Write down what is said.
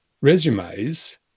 resumes